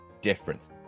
difference